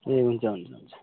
ए हुन्छ हुन्छ हुन्छ